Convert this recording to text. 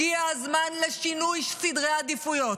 הגיע הזמן לשינוי סדרי העדיפויות.